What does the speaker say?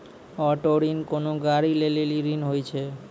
auto ऋण कोनो गाड़ी लै लेली ऋण होय छै